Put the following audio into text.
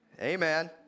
Amen